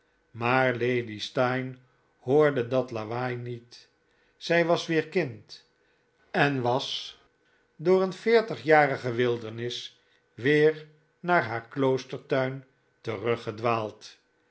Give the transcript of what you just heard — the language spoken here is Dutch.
maar lady steyne hoorde dat lawaai niet zij was weer kind en was door een veertigjarige wildernis weer naar haar